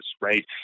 right